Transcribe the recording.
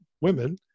women